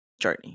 journey